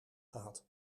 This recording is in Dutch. gehad